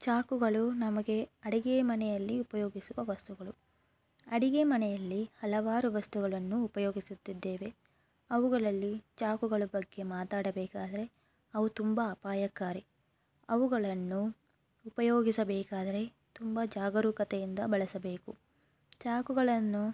ಚಾಕುಗಳು ನಮಗೆ ಅಡಿಗೆ ಮನೆಯಲ್ಲಿ ಉಪಯೋಗಿಸುವ ವಸ್ತುಗಳು ಅಡಿಗೆ ಮನೆಯಲ್ಲಿ ಹಲವಾರು ವಸ್ತುಗಳನ್ನು ಉಪಯೋಗಿಸುತ್ತಿದ್ದೇವೆ ಅವುಗಳಲ್ಲಿ ಚಾಕುಗಳ ಬಗ್ಗೆ ಮಾತಾಡಬೇಕಾದರೆ ಅವು ತುಂಬ ಅಪಾಯಕಾರಿ ಅವುಗಳನ್ನು ಉಪಯೋಗಿಸಬೇಕಾದರೆ ತುಂಬ ಜಾಗರೂಕತೆಯಿಂದ ಬಳಸಬೇಕು ಚಾಕುಗಳನ್ನು